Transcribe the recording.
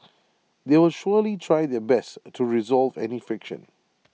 they will surely try their best to resolve any friction